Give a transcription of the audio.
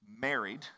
married